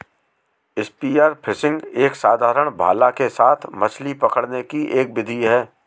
spear fishing एक साधारण भाला के साथ मछली पकड़ने की एक विधि है